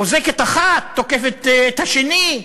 אוזקת אחת, תוקפת את השני.